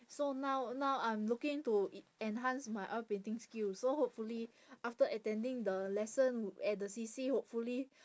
so now now I'm looking to e~ enhance my oil painting skills so hopefully after attending the lesson at the C_C hopefully